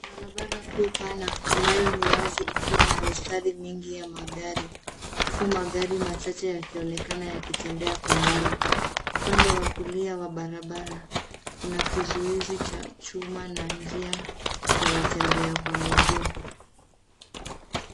Barabara kuu pana ambayo ni wazi ikiwa na mistari mingi ya magari, huku magari machache yakionekana yakitembea kwa mbali. Upande wa kulia wa barabara, kuna kizuizi cha chuma na njia ya watembea kwa miguu.